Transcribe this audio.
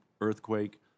earthquake